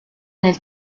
nel